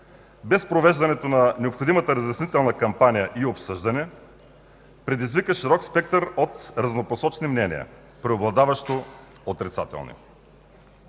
без провеждането на необходимата разяснителна кампания и обсъждане, предизвика широк спектър от разнопосочни мнения, преобладаващо отрицателни.